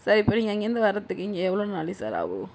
sir இப்போ நீங்கள் அங்கே இருந்து வரதுக்கு இங்கே எவ்வளோ நாழி சார் ஆகும்